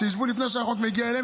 שישבו לפני שהחוק מגיע אליהם,